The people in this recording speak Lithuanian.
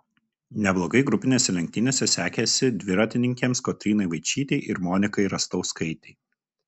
neblogai grupinėse lenktynėse sekėsi dviratininkėms kotrynai vaičytei ir monikai rastauskaitei